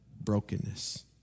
brokenness